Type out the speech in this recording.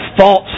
false